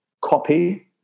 copy